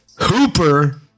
Hooper